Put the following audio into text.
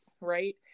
Right